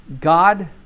God